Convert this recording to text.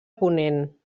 ponent